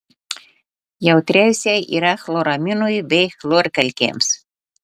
jautriausia yra chloraminui bei chlorkalkėms